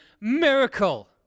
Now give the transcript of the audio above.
miracle